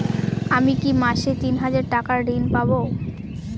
আমি কি মাসে তিন হাজার টাকার ঋণ পাবো?